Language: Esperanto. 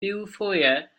tiufoje